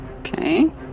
Okay